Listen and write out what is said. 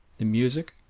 the music,